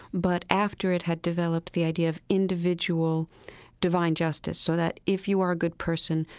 but after it had developed the idea of individual divine justice, so that if you are a good person,